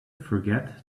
forget